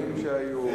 לשינויים שהיו.